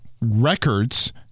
records